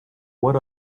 what